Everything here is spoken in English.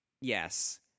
Yes